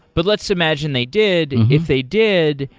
but let's imagine they did. and if they did,